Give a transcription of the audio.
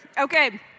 Okay